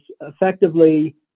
effectively